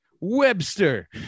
Webster